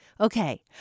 Okay